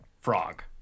frog